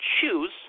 choose